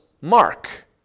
Mark